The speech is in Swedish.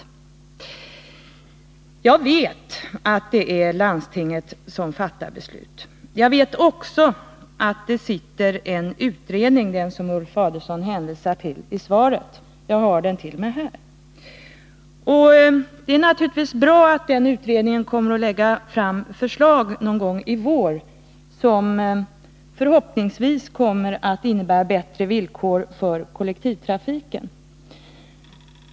Jag vet att det är landstinget som fattar beslut om tunnelbanan och Roslagsbanan. Jag vet också att en utredning är tillsatt - den som Ulf Adelsohn hänvisar till i svaret. Jag har utredningsdirektiven här i handen. Det är naturligtvis bra att den utredningen någon gång i vår kommer att lägga fram förslag, som förhoppningsvis kommer att innebära bättre villkor för kollektivtrafiken.